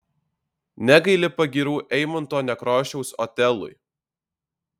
negaili pagyrų eimunto nekrošiaus otelui